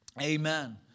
amen